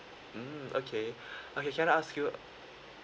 mm okay okay can I ask you